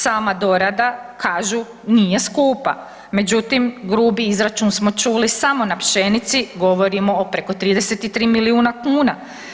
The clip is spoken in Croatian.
Sama dorada kažu nije skupa, međutim grubi izračun smo čuli samo na pšenici, govorimo o preko 33 milijuna kuna.